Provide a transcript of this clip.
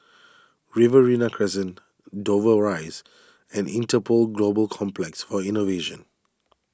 Riverina Crescent Dover Rise and Interpol Global Complex for Innovation